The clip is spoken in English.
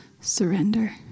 surrender